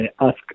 ask